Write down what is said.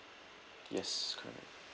yes correct